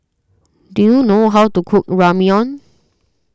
do you know how to cook Ramyeon